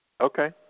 Okay